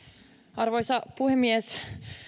arvoisa puhemies